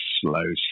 slow